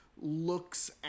looks